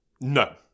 No